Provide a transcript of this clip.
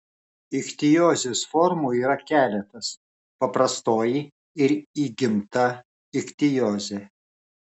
ichtiozės formų yra keletas paprastoji ir įgimta ichtiozė